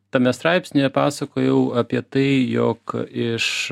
tame straipsnyje pasakojau apie tai jog iš